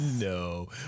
No